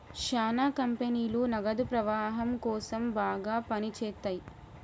శ్యానా కంపెనీలు నగదు ప్రవాహం కోసం బాగా పని చేత్తయ్యి